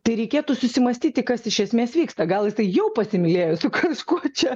tai reikėtų susimąstyti kas iš esmės vyksta gal jisai jau pasimylėjo su kažkuo čia